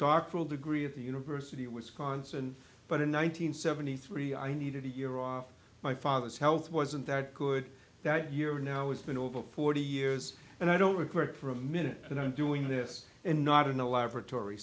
doctoral degree of the university of wisconsin but in one thousand nine hundred seventy three i needed a year off my father's health wasn't that good that year now it's been over forty years and i don't regret for a minute that i'm doing this and not in a laboratory